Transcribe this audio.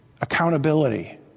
accountability